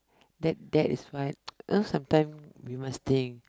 that that is why you know sometimes we must think